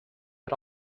but